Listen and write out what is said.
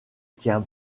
tient